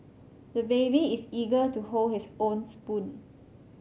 the baby is eager to hold his own spoon